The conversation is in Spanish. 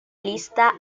lista